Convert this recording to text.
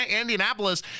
Indianapolis